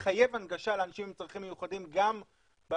להנגשה לאנשים עם צרכים מיוחדים גם באפליקציות